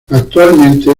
actualmente